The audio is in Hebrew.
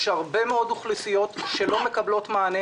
יש הרבה מאוד אוכלוסיות שלא מקבלות מענה